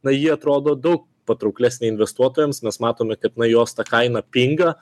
na ji atrodo daug patrauklesnė investuotojams mes matome kad naujos ta kaina pinga